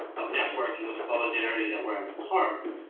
of networking, of solidarity that were at it's heart.